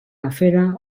afera